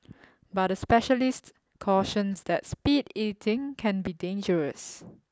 but a specialist cautions that speed eating can be dangerous